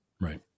right